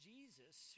Jesus